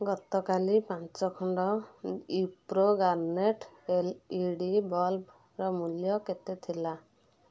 ଗତକାଲି ପାଞ୍ଚ ଖଣ୍ଡ Wipro Garnet L E D ବଲ୍ବ୍ର ମୂଲ୍ୟ କେତେ ଥିଲା